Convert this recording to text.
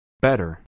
Better